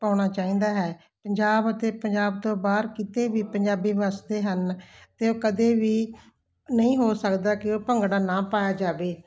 ਪਾਉਣਾ ਚਾਹੀਦਾ ਹੈ ਪੰਜਾਬ ਅਤੇ ਪੰਜਾਬ ਤੋਂ ਬਾਹਰ ਕਿਤੇ ਵੀ ਪੰਜਾਬੀ ਵੱਸਦੇ ਹਨ ਅਤੇ ਉਹ ਕਦੇ ਵੀ ਨਹੀਂ ਹੋ ਸਕਦਾ ਕਿ ਉਹ ਭੰਗੜਾ ਨਾ ਪਾਇਆ ਜਾਵੇ